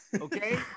Okay